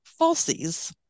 falsies